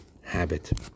habit